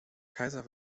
kaiser